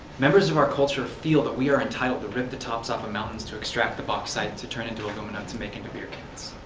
members of our culture feel that we are entitled to rip the tops off of mountains to extract the bauxite to turn into aluminum to make into beer cans.